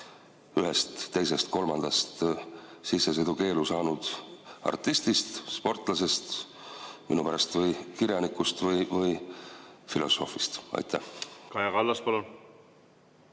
ühest, teisest ja kolmandast sissesõidukeelu saanud artistist, sportlasest, minu pärast kas või kirjanikust või filosoofist? Kaja